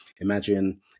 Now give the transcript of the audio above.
imagine